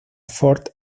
fort